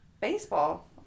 Baseball